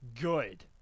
good